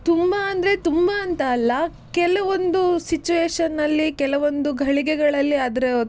ತುಂಬ ಅಂದರೆ ತುಂಬ ಅಂತ ಅಲ್ಲ ಕೆಲವೊಂದು ಸಿಚುಯೇಷನ್ನಲ್ಲಿ ಕೆಲವೊಂದು ಘಳಿಗೆಗಳಲ್ಲಿ ಅದರ